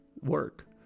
work